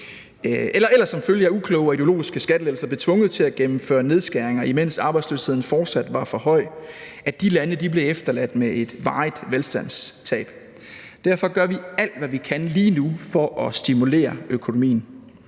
eller som følge af ukloge og ideologiske skattelettelser blev tvunget til at gennemføre nedskæringer, imens arbejdsløsheden fortsat var for høj, blev efterladt med et varigt velstandstab. Derfor gør vi alt, hvad vi kan, lige nu for at stimulere økonomien.